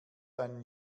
einen